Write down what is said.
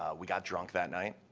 we got drunk that night.